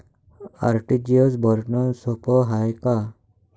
RTGS भरनं सोप हाय का?